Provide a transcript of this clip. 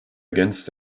against